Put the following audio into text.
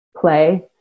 play